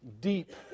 deep